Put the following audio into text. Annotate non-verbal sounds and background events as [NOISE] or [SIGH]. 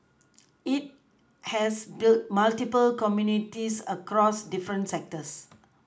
[NOISE] it has built multiple communities across different sectors